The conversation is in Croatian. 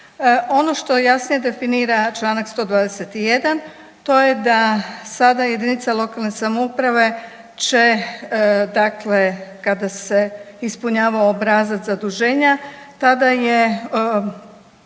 Ono što jasnije definira Članak 121. to je da sada jedinica lokalne samouprave će dakle kada se ispunjava obrazac zaduženja tada je